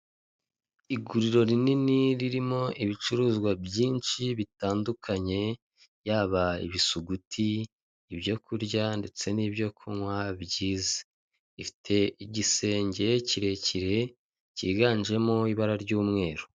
Iguriro rinini ririmo ibicuruzwa byinshi bitandukanye, yaba ibisuguti, ibyokurya ndetse n'ibyokunywa byiza. Ifite igisenge kirekire cyiganjemo ibara ry'umweru.